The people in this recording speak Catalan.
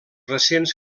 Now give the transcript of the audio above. recents